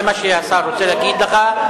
זה מה שהשר רוצה להגיד לך.